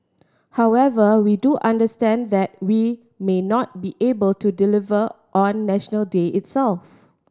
however we do understand that we may not be able to deliver on National Day itself